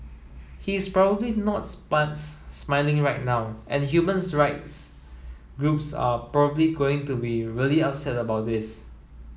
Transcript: he is probably not smiling right now and human rights groups are probably going to be really upset about this